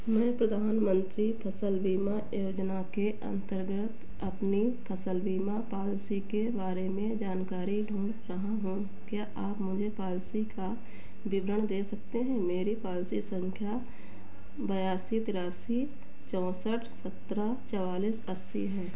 मैं प्रधानमंत्री फसल बीमा योजना के अंतर्गत अपनी फसल बीमा पॉलिसी के बारे में जानकारी ढूँढ रहा हूँ क्या आप मुझे पालिसी का विवरण दे सकते हैं मेरी पालसी संख्या बयासी तेरासी चौंसठ सत्रह चवालिस अस्सी है